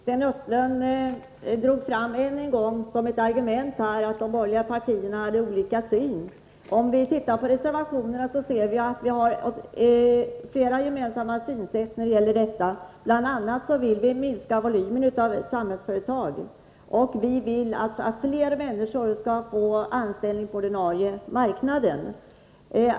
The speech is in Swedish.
Herr talman! Sten Östlund drog än en gång fram som ett argument att de borgerliga partierna hade olika synsätt. Om vi tittar på reservationerna ser vi att vi har flera gemensamma synsätt i detta ärende. Bl.a. vill vi minska volymen av Samhällsföretag, och vi vill att fler människor skall få anställning på den reguljära marknaden.